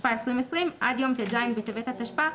התשפ"א 2020, עד יום ט"ז בטבת התשפ"א..."